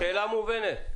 השאלה מובנת.